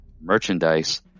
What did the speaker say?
merchandise